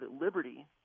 liberty –